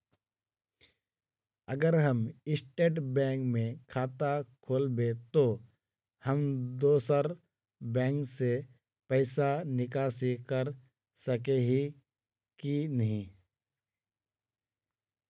अगर हम state bank में खाता खोलबे तो हम दोसर बैंक से पैसा निकासी कर सके ही की नहीं?